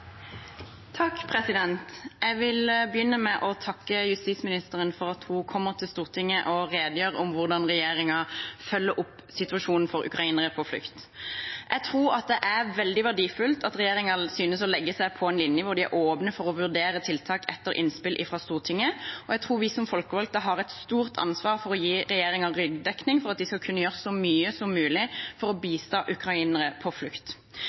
Jeg vil begynne med å takke justisministeren for at hun kommer til Stortinget og redegjør om hvordan regjeringen følger opp situasjonen for ukrainere på flukt. Jeg tror at det er veldig verdifullt at regjeringen synes å legge seg på en linje hvor de er åpne for å vurdere tiltak etter innspill fra Stortinget, og jeg tror vi som folkevalgte har et stort ansvar for å gi regjeringen ryggdekning for at de skal kunne gjøre så mye som mulig for å bistå ukrainere på flukt.